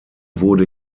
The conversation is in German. wurde